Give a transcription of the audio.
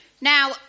Now